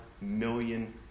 million